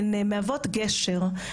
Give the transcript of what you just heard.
והן מהוות גשר,